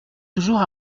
toujours